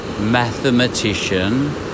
mathematician